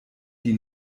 die